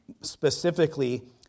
specifically